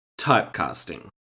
Typecasting